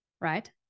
right